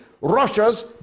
Russia's